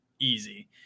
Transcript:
easy